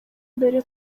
mbere